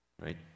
Right